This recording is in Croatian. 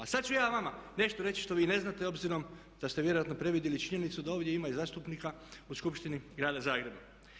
A sad ću ja vama nešto reći što vi ne znate obzirom da ste vjerojatno previdjeli činjenicu da ovdje ima i zastupnika u skupštini Grada Zagreba.